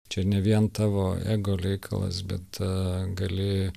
čia ne vien tavo ego reikalas bet a gali